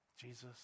Jesus